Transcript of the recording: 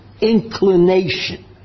inclination